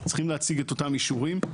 צריכים להציג את אותם אישורים.